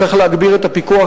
צריך להגביר את הפיקוח,